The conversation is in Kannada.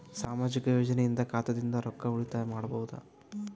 ಸಾಮಾಜಿಕ ಯೋಜನೆಯಿಂದ ಖಾತಾದಿಂದ ರೊಕ್ಕ ಉಳಿತಾಯ ಮಾಡಬಹುದ?